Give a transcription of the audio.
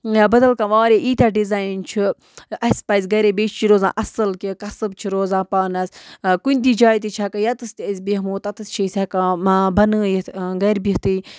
بَدَل کانٛہہ وارِیاہ ایٖتیٛاہ ڈِزایِن چھُ اَسہِ پَزِ گَرے بیٚیہِ چھِ یہِ روزان اَصٕل کیٚنٛہہ کَسٕب چھِ روزان پانَس کُنہِ تہِ جایہِ تہِ چھِ ہٮ۪کان یَتَس تہِ أسۍ بیٚہمو تَتَس چھِ أسۍ ہٮ۪کان بَنٲیِتھ گَرِ بِہتھٕے